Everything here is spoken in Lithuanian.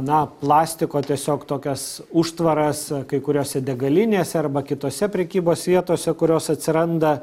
na plastiko tiesiog tokias užtvaras kai kuriose degalinėse arba kitose prekybos vietose kurios atsiranda